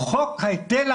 היחיד שנשאר,